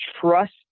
trust